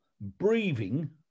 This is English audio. breathing